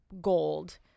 gold